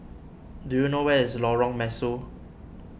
do you know where is Lorong Mesu